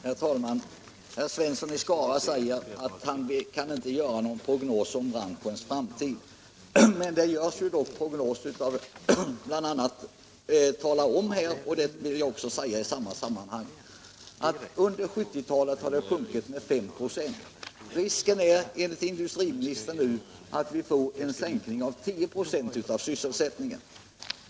Herr talman! Herr Svensson i Skara säger att han inte kan göra någon prognos om branschens framtid. Men det görs dock prognoser. Industriministern säger ju t.ex. här — och det vill jag gärna ta upp i det här sammanhanget — att sysselsättningen hittills under 1970-talet har sjunkit med 5 96 och att risken är att vi nu får en sänkning av sysselsättningen med 10 96.